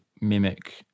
mimic